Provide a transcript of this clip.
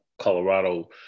colorado